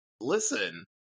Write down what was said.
listen